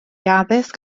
addysg